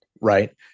right